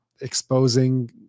exposing